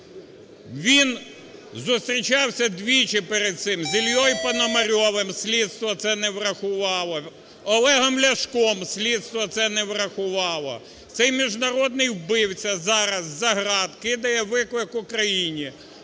Він зустрічався двічі перед цим з Іллею Пономарьовим - слідство це не врахувало, Олегом Ляшком - слідство це не врахувало. Цей міжнародний вбивця зараз з-за ґрат кидає виклик Україні,